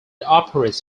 operates